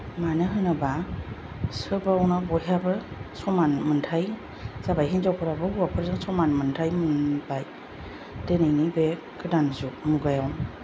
मानो होनोब्ला सोबावनो बयहाबो समान मोन्थाय जाबाय हिनजावफोराबो हौवाफोरजों समान मोन्थाय मोनबाय दिनैनि बे गोदान जुग मुगायाव